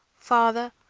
father,